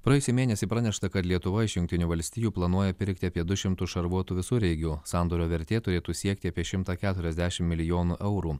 praėjusį mėnesį pranešta kad lietuva iš jungtinių valstijų planuoja pirkti apie du šimtus šarvuotų visureigių sandorio vertė turėtų siekti apie šimtą keturiasdešimt milijonų eurų